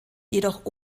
jedoch